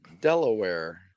Delaware